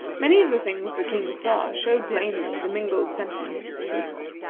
many of the things the king saw showed plainly the mingled sentiments of the people.